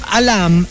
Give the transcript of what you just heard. alam